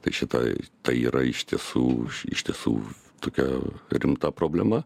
tai čia tai tai yra iš tiesų iš tiesų tokia rimta problema